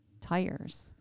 tires